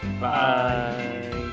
bye